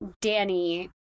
Danny